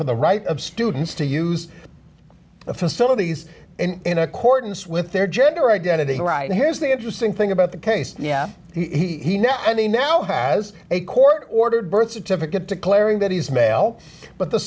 for the right of students to use the facilities in accordance with their gender identity right here is the interesting thing about the case yeah he know and he now has a court ordered birth certificate declaring that he's male but the